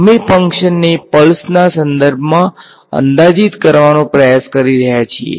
અમે ફંકશનને પલ્સના સંદર્ભમાં અંદાજિત કરવાનો પ્રયાસ કરી રહ્યા છીએ